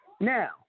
Now